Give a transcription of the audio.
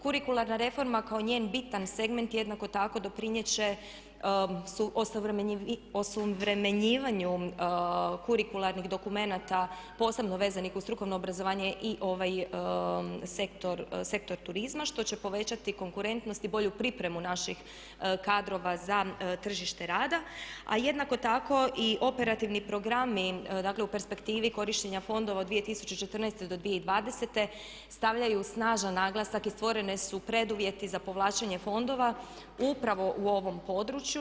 Kurikularna reforma kao njen bitan segment jednako tako doprinijet će osuvremenjivanju kurikularnih dokumenata posebno vezanih uz strukovno obrazovanje i ovaj sektor turizma što će povećati konkurentnost i bolju pripremu naših kadrova za tržište rada a jednako tako i operativni programi dakle u perspektivi korištenja fondova od 2014.-2020. stavljaju snažan naglasak i stvoreni su preduvjeti za povlačenje fondova upravo u ovom području.